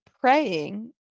praying